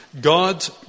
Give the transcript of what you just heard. God's